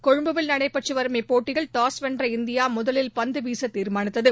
கொழும்பில் நடைபெற்று வரும் இப்போட்டியில் டாஸ் வெள்ற இந்தியா முதலில் பந்துவீச தீர்மானித்தது